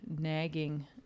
nagging